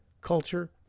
culture